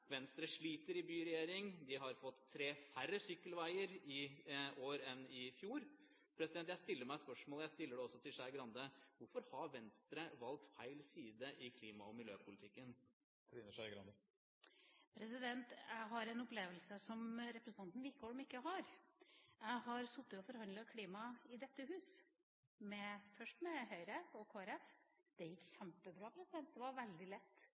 Venstre sliter i byregjering. De har fått tre færre sykkelveier i år enn i fjor. Jeg stiller meg spørsmålet, og jeg stiller det også til Skei Grande: Hvorfor har Venstre valgt feil side i klima- og miljøpolitikken? Jeg har en opplevelse som representanten Wickholm ikke har. Jeg har sittet og forhandlet om klima i dette hus, først med Høyre og Kristelig Folkeparti. Det gikk kjempebra. Det var veldig lett,